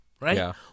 right